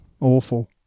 Awful